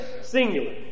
singular